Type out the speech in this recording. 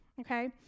okay